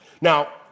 now